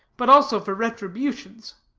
but also for retribution's.